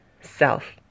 self